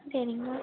சரிங்க